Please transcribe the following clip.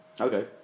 okay